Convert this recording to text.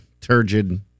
turgid